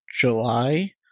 July